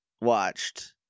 watched